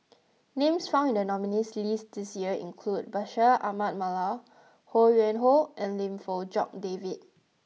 names found in the Nominees' list this year include Bashir Ahmad Mallal Ho Yuen Hoe and Lim Fong Jock David